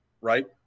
right